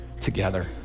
together